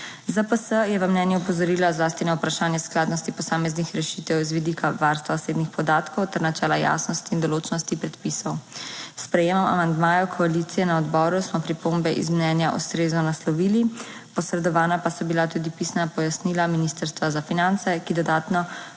ZPS je v mnenju opozorila zlasti na vprašanje skladnosti posameznih rešitev z vidika varstva osebnih podatkov ter načela jasnosti in določnosti predpisov. S sprejemom amandmajev koalicije na odboru smo pripombe iz mnenja ustrezno naslovili, posredovana pa so bila tudi pisna pojasnila Ministrstva za finance, ki dodatno